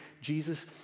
Jesus